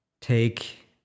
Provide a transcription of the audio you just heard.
take